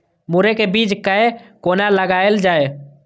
मुरे के बीज कै कोना लगायल जाय?